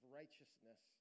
righteousness